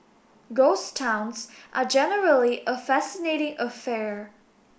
ghost towns are generally a fascinating affair